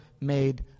made